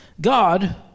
God